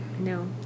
no